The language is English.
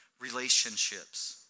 Relationships